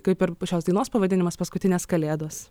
kaip ir pačios dainos pavadinimas paskutinės kalėdos